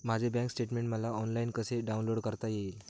माझे bank statement मला online कसे डाउनलोड करता येईल?